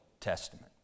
Testament